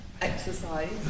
exercise